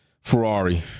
Ferrari